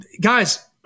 guys